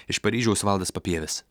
iš paryžiaus valdas papievis